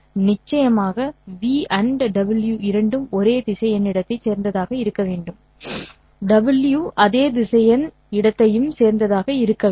நிச்சயமாக v' w இரண்டும் ஒரே திசையன் இடத்தைச் சேர்ந்ததாக இருக்க வேண்டும் w' அதே திசையன் இடத்தையும் சேர்ந்ததாக இருக்க வேண்டும்